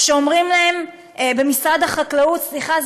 או שאומרים להם במשרד החקלאות: סליחה,